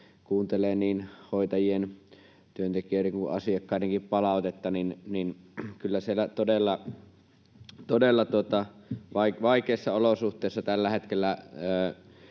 kuuntelee niin hoitajien, muiden työntekijöiden kuin asiakkaidenkin palautetta, niin kyllä siellä todella vaikeissa olosuhteissa tällä hetkellä